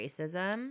racism